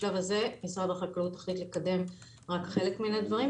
בשלב הזה משרד החקלאות החליט לקדם רק חלק מן הדברים,